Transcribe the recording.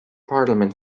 parliament